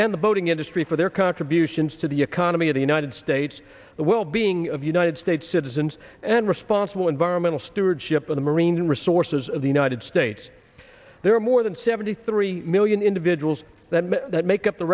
and the boating industry for their contributions to the economy of the united states the well being of united states citizens and responsible environmental stewardship of the marine resources of the united states there are more than seventy three million individuals that make up the